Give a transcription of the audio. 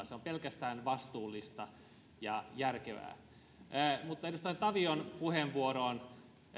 se on pelkästään vastuullista ja järkevää edustaja tavion puheenvuoroon